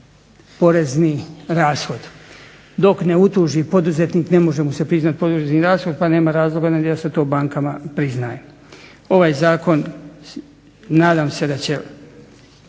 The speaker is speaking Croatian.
porezni rashod. Dok ne utuži poduzetnik ne može mu se priznati porezni rashod pa nema razloga da se to bankama priznaje. Ovaj zakon nadam se da će